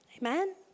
Amen